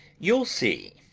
you'll see!